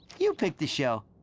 you pick the show.